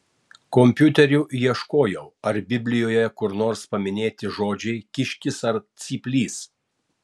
kompiuteriu ieškojau ar biblijoje kur nors paminėti žodžiai kiškis ar cyplys